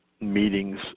meetings